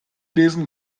lesen